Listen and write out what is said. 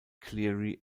clearly